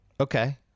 Okay